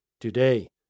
Today